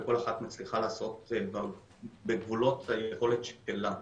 וכל אחת מצליחה לעשות בגבולות היכולת שלה.